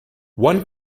one